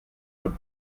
would